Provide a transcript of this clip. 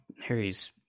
Harry's